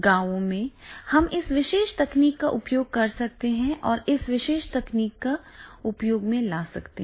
गांवों में हम इस विशेष तकनीक का उपयोग कर सकते हैं और इस विशेष तकनीक का उपयोग कर सकते हैं